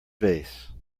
vase